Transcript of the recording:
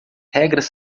regras